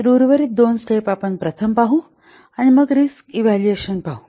तर उर्वरित दोन स्टेप आपण प्रथम पाहू आणि मग रिस्क इव्हॅल्युएशन पाहू